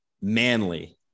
manly